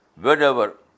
whenever